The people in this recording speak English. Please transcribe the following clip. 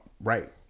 right